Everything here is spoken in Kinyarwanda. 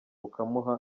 ukamuha